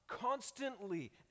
constantly